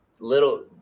little